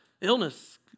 illness